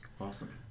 Awesome